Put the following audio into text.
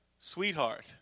sweetheart